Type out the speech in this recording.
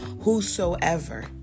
whosoever